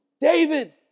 David